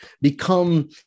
become